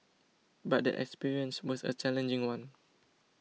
but the experience was a challenging one